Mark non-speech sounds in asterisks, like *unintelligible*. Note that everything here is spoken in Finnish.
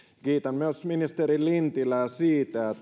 kiitän myös ministeri lintilää siitä *unintelligible*